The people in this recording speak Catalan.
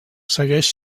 segueix